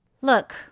look